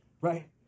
right